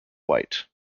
white